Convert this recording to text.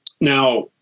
Now